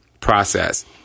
process